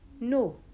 no